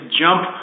jump